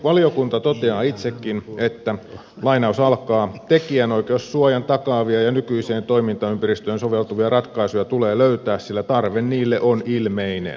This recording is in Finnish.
valiokunta toteaa itsekin että tekijänoikeussuojan takaavia ja nykyiseen toimintaympäristöön soveltuvia ratkaisuja tulee löytää sillä tarve niille on ilmeinen